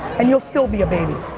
and you'll still be a baby.